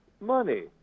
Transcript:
money